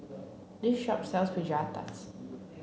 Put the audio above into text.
this shop sells Fajitas